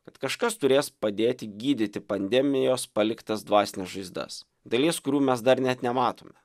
kad kažkas turės padėti gydyti pandemijos paliktas dvasines žaizdas dalies kurių mes dar net nematome